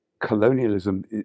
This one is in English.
colonialism